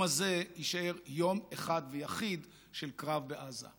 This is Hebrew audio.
הזה יישאר יום אחד ויחיד של קרב בעזה.